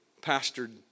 pastored